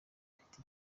ufite